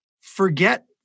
forget